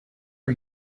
are